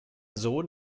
sohn